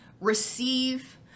receive